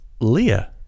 Leah